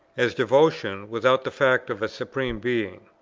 as devotion without the fact of a supreme being.